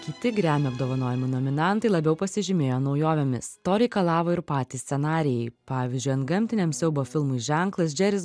kiti grammy apdovanojimų nominantai labiau pasižymėjo naujovėmis to reikalavo ir patys scenarijai pavyzdžiui antgamtiniam siaubo filmui ženklas džeris